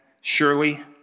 surely